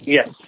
Yes